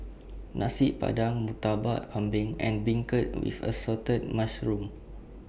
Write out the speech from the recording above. Nasi Padang Murtabak Kambing and Beancurd with Assorted Mushrooms